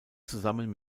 zusammen